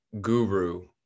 guru